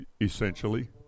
essentially